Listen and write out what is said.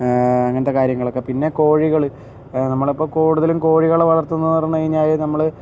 അങ്ങനത്തെ കാര്യങ്ങളൊക്കെ പിന്നെ കോഴികൾ നമ്മൾ കൂടുതലും കോഴികളെ വളർത്തുന്നത് എന്ന് പറഞ്ഞു കഴിഞ്ഞാൽ നമ്മൾ